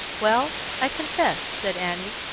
well, i confess, said annie,